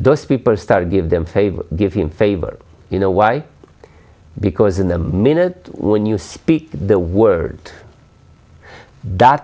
those people started give them favor give him favor you know why because in a minute when you speak the word that